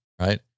right